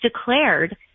declared